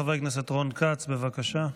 חבר הכנסת רון כץ, בבקשה.